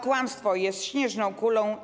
Kłamstwo jest śnieżną kulą.